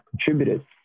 contributed